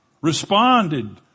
responded